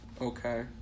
Okay